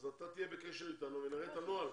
אז אתה תהיה בקשר איתנו ונראה את הנוהל.